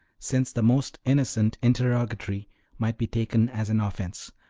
since the most innocent interrogatory might be taken as an offense,